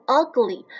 ugly